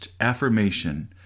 affirmation